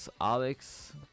Alex